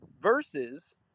versus